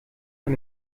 von